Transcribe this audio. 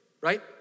right